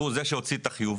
הוא זה שהוציא את החיובים,